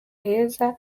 heza